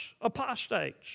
apostates